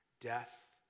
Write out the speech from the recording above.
death